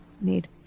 need